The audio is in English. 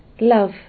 Love